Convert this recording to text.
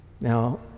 Now